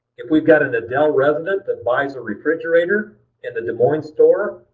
if we've got an adel resident that buys a refrigerator in the des moines store,